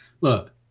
Look